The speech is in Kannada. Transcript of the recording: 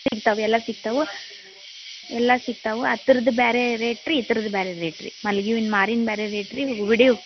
ಸಿಗ್ತವೆ ಎಲ್ಲ ಸಿಗ್ತವೆ ಎಲ್ಲ ಸಿಗ್ತವೆ ಆ ಥರದ್ದು ಬೇರೆ ರೇಟ್ ರೀ ಈ ಥರದ್ದು ಬೇರೆ ರೇಟ್ ರೀ ಮಲ್ಗೆ ಹೂವಿಂದು ಮಾರಿಂದು ಬೇರೆ ರೇಟ್ ರೀ ಬಿಡಿ ಹೂವು